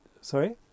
Sorry